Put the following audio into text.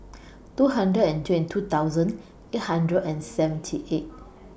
two hundred and twenty two thousand eight hundred and seventy eight